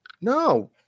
no